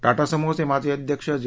टाटा समूहाचे माजी अध्यक्ष जे